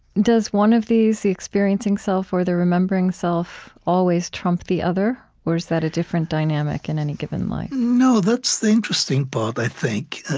does one of these, the experiencing self or the remembering self, always trump the other? or is that a different dynamic in any given life? no, that's the interesting part, i think.